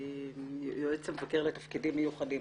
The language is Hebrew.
יועץ המבקר לתפקידים מיוחדים.